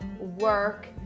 work